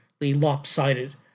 lopsided